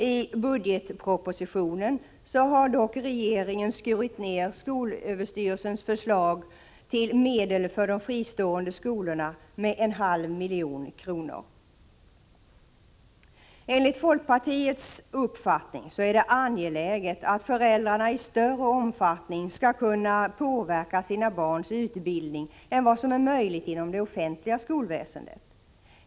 I budgetpropositionen har dock regeringen skurit 20 november 1985 ner skolöverstyrelsens förslag beträffande medel för de fristående skolorna = lll ie med en halv miljon kronor. Enligt folkpartiets uppfattning är det angeläget att föräldrar i större omfattning än vad som är möjligt inom det offentliga skolväsendet skall kunna påverka sina barns utbildning.